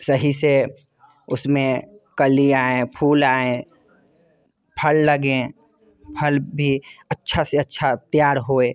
सही से उसमें कली आएँ फूल आएँ फल लगें फल भी अच्छे से अच्छे तैयार होएँ